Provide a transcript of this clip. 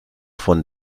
von